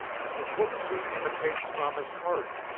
suppose we imitate thomas hardy,